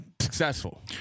successful